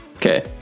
Okay